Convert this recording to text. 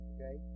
Okay